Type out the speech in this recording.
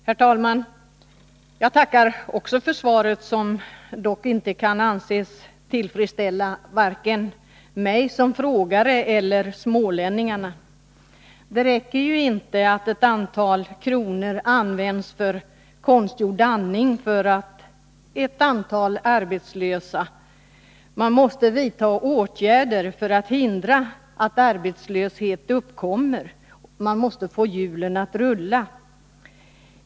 Herr talman! Också jag tackar för svaret, som dock inte kan anses tillfredsställa vare sig mig som frågare eller smålänningarna. Det räcker ju inte att ett antal kronor används till konstgjord andning för ett antal arbetslösa. Man måste vidta åtgärder för att hindra att arbetslöshet uppkommer, man måste få hjulen att rulla.